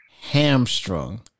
hamstrung